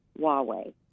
Huawei